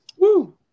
Woo